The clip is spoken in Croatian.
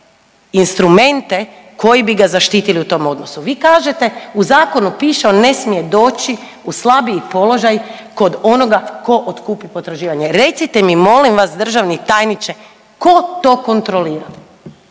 instrumente koji bi ga zaštitili u tom odnosu. Vi kažete u zakonu piše on ne smije doći u slabiji položaj kod onoga ko otkupi potraživanje, recite mi molim vas državni tajniče ko to kontrolira,